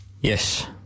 Yes